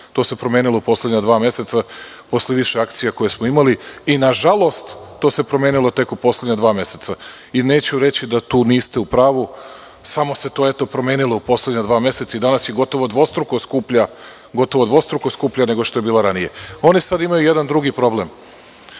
To se promenilo u poslednja dva meseca posle više akcija koje smo imali i nažalost to se promenilo tek u poslednja dva meseca. Neću reći da tu niste u pravu. Samo se to eto promenilo u poslednja dva meseca i danas je gotovo dvostruko skuplja nego što je bila ranije. Oni sada imaju jedan drugi problem.